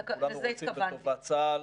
כולנו רוצים בטובת צה"ל.